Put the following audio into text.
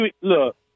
Look